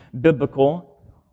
biblical